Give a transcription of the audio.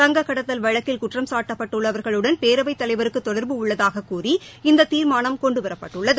தங்க கடத்தல் வழக்கில் குற்றம்சாட்டப்பட்டுள்ளவர்களுடன் பேரவைத் தலைவருக்கு தொடர்பு உள்ளதாகக்கூறி இந்த தீர்மானம் கொண்டுவரப்பட்டுள்ளது